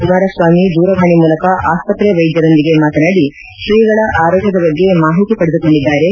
ಕುಮಾರಸ್ವಾಮಿ ದೂರವಾಣಿ ಮೂಲಕ ಆಸ್ಷತ್ರೆ ವೈದ್ಯರೊಂದಿಗೆ ಮಾತನಾಡಿ ಶ್ರೀಗಳ ಆರೋಗ್ಣದ ಬಗ್ಗೆ ಮಾಹಿತಿ ಪಡೆದುಕೊಂಡಿದ್ದಾರೆ